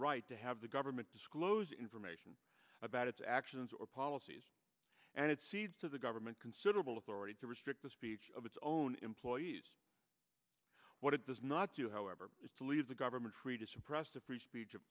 right to have the government disclose information about its actions or policies and it cedes to the government considerable authority to restrict the speech of its own employees what it does not do however is to leave the government free to suppress the free speech of